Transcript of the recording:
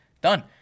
done